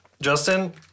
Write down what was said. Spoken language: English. Justin